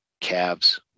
calves